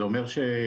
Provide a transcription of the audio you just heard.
זה אומר שאם,